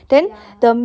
ya